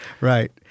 Right